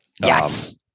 yes